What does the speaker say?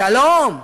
שלום,